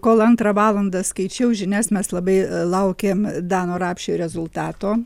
kol antrą valandą skaičiau žinias mes labai laukėm dano rapšio rezultato